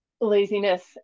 laziness